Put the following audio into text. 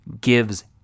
gives